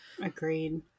Agreed